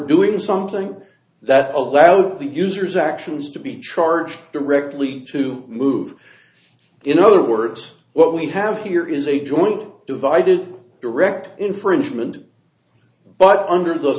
doing something that allowed the users actions to be charged directly to move in other words what we have here is a joint divided direct infringement but under those